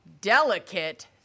delicate